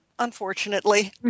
Unfortunately